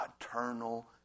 eternal